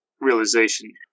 realization